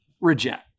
reject